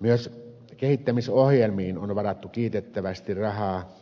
myös kehittämisohjelmiin on varattu kiitettävästi rahaa